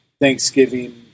Thanksgiving